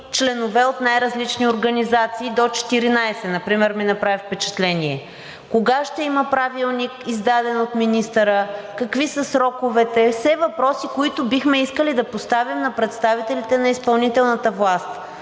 членове от най-различни организации – до 14, например ми направи впечатление, кога ще има правилник, издаден от министъра, какви са сроковете. Това са все въпроси, които бихме искали да поставим на представителите на изпълнителната власт.